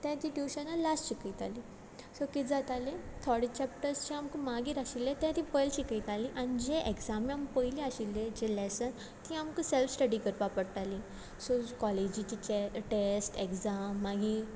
तें तीं ट्युशना लास्ट शिकयतालीं सो कीत जातालें थोडे चॅप्टर्स जें आमकां मागीर आशिल्ले ते तीं पयल शिकयतालीं आनी जे एक्जामी आमकां पयले आशिल्ले जे लेसन तीं आमकां सेल्फ स्टडी करपा पडटालीं सो कॉलेजीचे टेस्ट एक्जाम मागीर